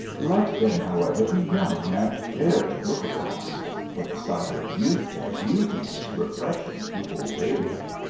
let them, however, be young and fair to look upon for the sight of youth and beauty is refreshing to old age.